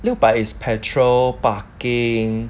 六百 its petrol parking